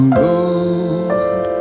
gold